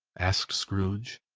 asked scrooge.